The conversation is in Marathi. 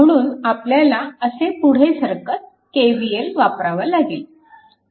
म्हणून आपल्याला असे पुढे सरकत KVL वापरावा लागेल